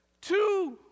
Two